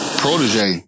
protege